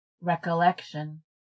recollection